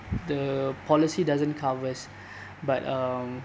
the policy doesn't covers but um